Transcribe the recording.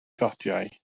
gotiau